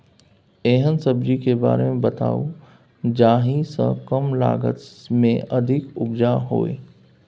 एहन सब्जी के बारे मे बताऊ जाहि सॅ कम लागत मे अधिक उपज होय?